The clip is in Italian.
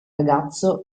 ragazzo